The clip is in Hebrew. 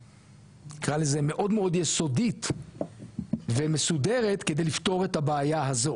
נקרא לזה מאוד מאוד יסודית ומסודרת כדי לפתור את הבעיה הזו.